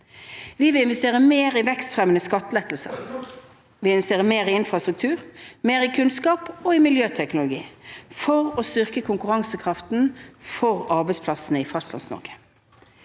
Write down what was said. Vi vil investere mer i vekstfremmende skattelettelser, infrastruktur, kunnskap og miljøteknologi for å styrke konkurransekraften til arbeidsplassene i Fastlands-Norge.